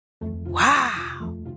Wow